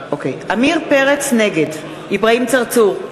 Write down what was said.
נגד אברהים צרצור,